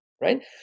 right